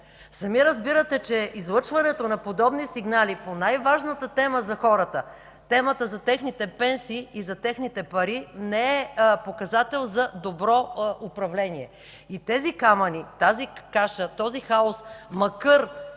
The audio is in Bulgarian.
Сами разбирате, че излъчването на подобни сигнали по най-важната тема за хората – темата за техните пенсии и за техните пари, не е показател за добро управление. И тези камъни, тази каша, този хаос, макар